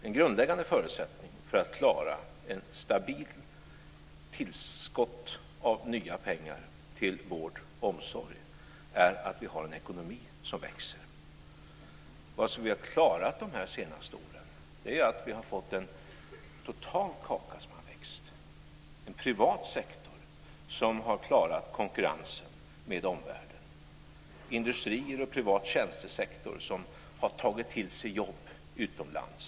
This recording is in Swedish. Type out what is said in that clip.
En grundläggande förutsättning för att klara ett stabilt tillskott av nya pengar till vård och omsorg är att vi har en ekonomi som växer. Vad vi har klarat de senaste åren är att få den totala kakan att växa. Vi har haft en privat sektor som har klarat konkurrensen med de omvärlden. Industrier och privat tjänstesektor har tagit till sig jobb utomlands.